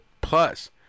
Plus